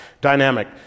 dynamic